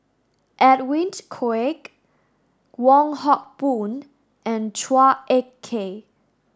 Edwin Koek Wong Hock Boon and Chua Ek Kay